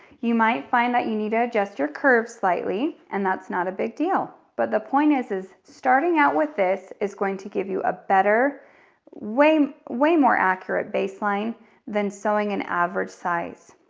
you might find that you need to adjust your curves slightly, and that's not a big deal. but the point is, is starting out with this is going to give you a better way way more accurate baseline than sewing an average size.